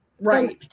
right